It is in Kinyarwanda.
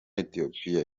ethiopie